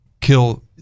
kill